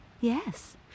Yes